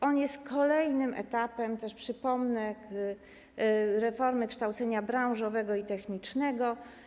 To jest kolejny etap, przypomnę, reformy kształcenia branżowego i technicznego.